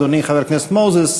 אדוני חבר הכנסת מוזס,